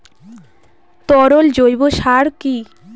তরল জৈব সার কি?